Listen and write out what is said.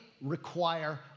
require